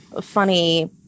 funny